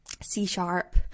C-sharp